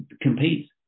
compete